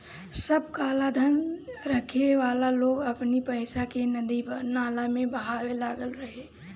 सब कालाधन रखे वाला लोग अपनी पईसा के नदी नाला में बहावे लागल रहे